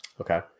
Okay